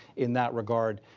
in that regard,